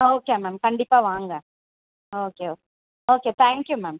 okay ma'am கண்டிப்பாக வாங்க okay okay thank you ma'am